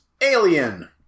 Alien